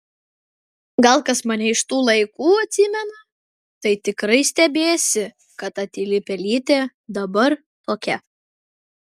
gal kas mane iš tų laikų atsimena tai tikrai stebisi kad ta tyli pelytė dabar tokia